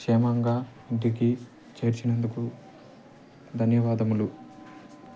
క్షేమంగా ఇంటికి చేర్చినందుకు ధన్యవాదములు